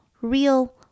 real